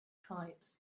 kite